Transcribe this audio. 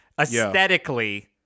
Aesthetically